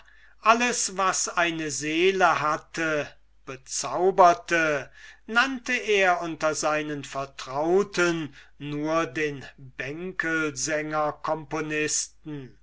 alles was eine seele hatte bezauberte nannte er unter seinen vertrauten nur den bänkelsängercomponisten